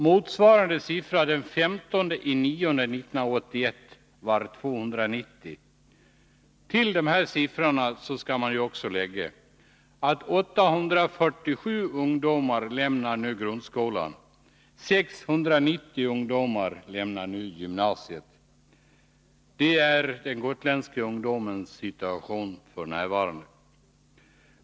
Motsvarande siffra den 15 september 1981 var 290. Till dessa siffror skall läggas att 847 ungdomar nu lämnar grundskolan och att 690 ungdomar lämnar gymnasiet. Detta är de gotländska ungdomarnas situation f. n.